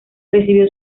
recibió